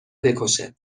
بکشه